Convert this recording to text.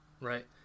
Right